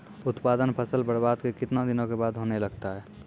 उत्पादन फसल बबार्द कितने दिनों के बाद होने लगता हैं?